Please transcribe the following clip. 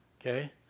Okay